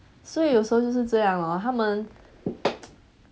所以有时候就是这样 lor 他们